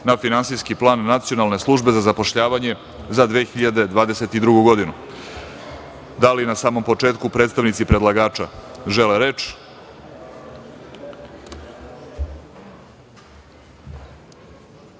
na Finansijski plan Nacionalne službe za zapošljavanje za 2022. godinu. Da li na samom početku predstavnici predlagača žele